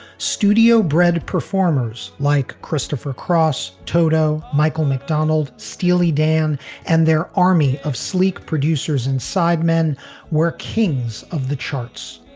studio bred performers like christopher cross, toto, michael mcdonald, steely dan and their army of sleek producers inside men were kings of the charts.